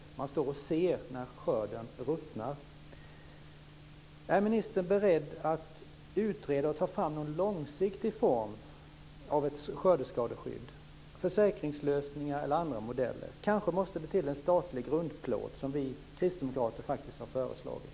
Man står och ser på när skörden ruttnar. Är ministern beredd att utreda och ta fram något långsiktigt i form av ett skördeskadeskydd, försäkringslösningar eller andra modeller? Det kanske måste till en statlig grundplåt, vilket vi kristdemokrater har föreslagit.